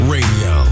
Radio